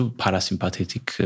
parasympathetic